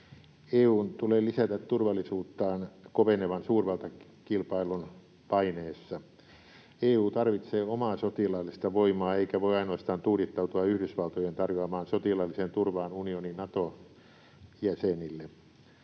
EU:n tulee lisätä turvallisuuttaan kovenevan suurvaltakilpailun paineessa. EU tarvitsee omaa sotilaallista voimaa eikä voi ainoastaan tuudittautua Yhdysvaltojen tarjoamaan sotilaalliseen turvaan unionin Nato-jäsenille.